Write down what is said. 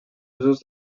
usos